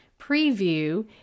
preview